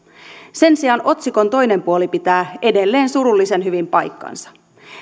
sen sijaan otsikon toinen puoli pitää edelleen surullisen hyvin paikkansa